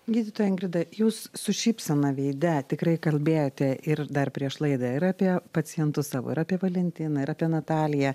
gydytoja ingrida jūs su šypsena veide tikrai kalbėjote ir dar prieš laidą ir apie pacientus savo ir apie valentiną ir apie nataliją